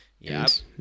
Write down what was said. yes